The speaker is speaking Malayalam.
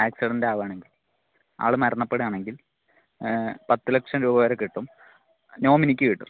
ആക്സിഡന്റ് ആവാണെങ്കിൽ ആള് മരണപ്പെടുവാണെങ്കിൽ പത്ത് ലക്ഷം രൂപ വരെ കിട്ടും നോമിനിക്ക് കിട്ടും